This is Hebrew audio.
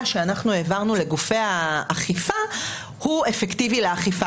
שאנחנו העברנו לגופי האכיפה הוא אפקטיבי לאכיפה,